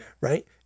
right